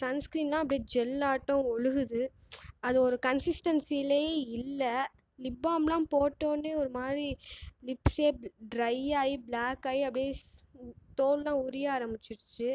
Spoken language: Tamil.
சன்ஸ்கீரின்லாம் அப்படியே ஜெல்லாட்டும் ஒழுகுது அது ஒரு கன்ஸிஸ்டன்ஸில் இல்லை நிப்பாம்லாம் போட்டோனே ஒரு மாதிரி லிப்சே ட்ரையாகி ப்ளாக்காகி அப்படியே தோல்லாம் உரிய ஆரமிச்சிடுச்சு